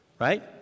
right